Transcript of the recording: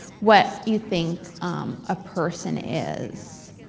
what you think a person is,